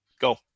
Go